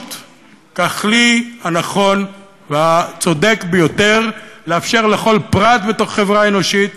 הנגישות ככלי הנכון והצודק ביותר לאפשר לכל פרט בתוך חברה אנושית